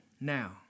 now